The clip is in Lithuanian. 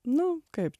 nu kaip